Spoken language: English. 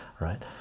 right